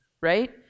right